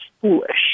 foolish